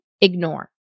ignore